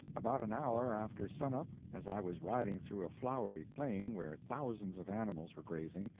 about an hour after sun-up, as i was riding through a flowery plain where thousands of animals were grazing,